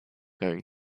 going